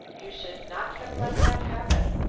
you should not have let that happen.